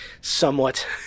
somewhat